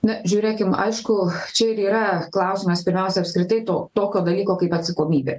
na žiūrėkim aišku čia ir yra klausimas pirmiausia apskritai to tokio dalyko kaip atsakomybė